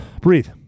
breathe